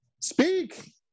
speak